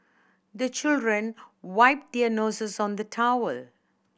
the children wipe their noses on the towel